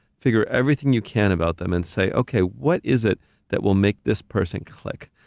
figure everything you can about them, and say, okay, what is it that will make this person click?